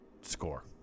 score